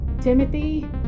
Timothy